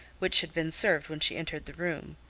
which had been served when she entered the room,